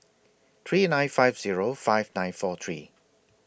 three nine five Zero five nine four three